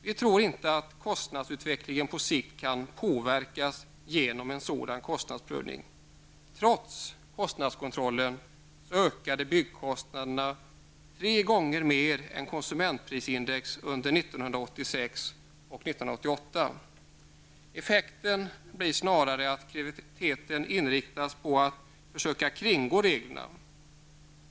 Vi tror inte att kostnadsutvecklingen på sikt kan påverkas genom en sådan kostnadsprövning. Trots kostnadskontrollen ökade byggkostnaderna tre gånger mer än konsumentprisindex under 1986 och 1988. Effekten blir snarare att kreativiteten inriktas på att försöka kringgå reglerna.